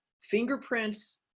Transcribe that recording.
fingerprints